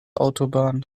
autobahn